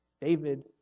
David